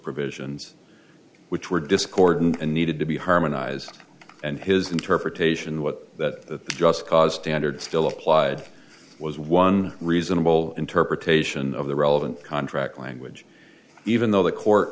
provisions which were discordant and needed to be harmonized and his interpretation what that just cause dander still applied was one reasonable interpretation of the relevant contract language even though the court